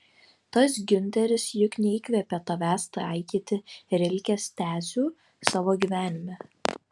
tas giunteris juk neįkvėpė tavęs taikyti rilkės tezių savo gyvenime